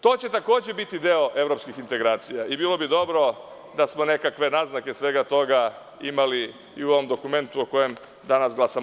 To će takođe biti deo evropskih integracija i bilo bi dobro da smo nekakve naznake toga imali i u ovom dokumentu o kojem danas glasamo.